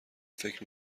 فکر